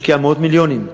השקיעה מאות מיליונים,